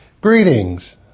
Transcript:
Greetings